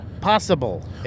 possible